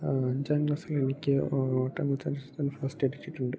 അഞ്ചാം ക്ലാസ്സിൽ എനിക്ക് ഓട്ടമത്സരത്തിന് ഫസ്റ്റ് കിട്ടിട്ടുണ്ട്